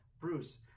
Bruce